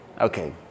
Okay